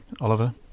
Oliver